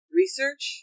research